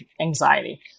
anxiety